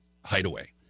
Hideaway